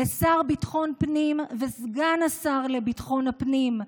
לשר לביטחון הפנים וסגן השר לביטחון הפנים,